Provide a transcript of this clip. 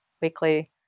weekly